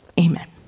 Amen